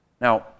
Now